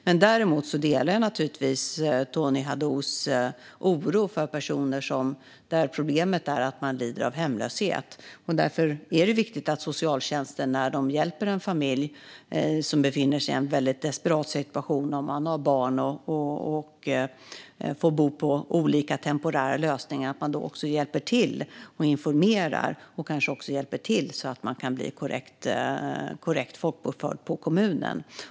Jag delar Tony Haddous oro för personer som är hemlösa. Därför är det viktigt att när socialtjänsten hjälper en familj med barn som befinner sig i en desperat situation, som bor i temporära lösningar, ser till att de får information om och blir korrekt folkbokförda på kommunen.